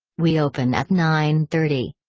we open at nine-thirty.